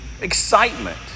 excitement